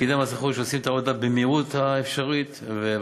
פקידי מס רכוש עושים את העבודה במהירות האפשרית והבלתי-אפשרית,